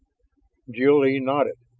jil-lee nodded.